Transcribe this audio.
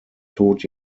tod